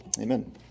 Amen